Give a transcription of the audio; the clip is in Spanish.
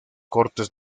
cortes